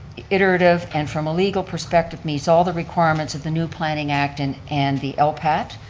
iterative, and from a legal perspective meets all the requirements of the new planning act and and the lpat.